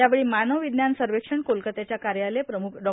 यावेळी मानव विज्ञान सर्वेक्षण कोलकात्याच्या कार्यालय प्रमुख डॉ